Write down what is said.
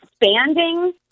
expanding